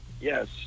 Yes